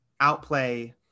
outplay